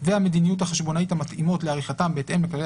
והמדיניות החשבונאית המתאימות לעריכתם בהתאם לכללי